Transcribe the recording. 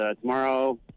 Tomorrow